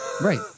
right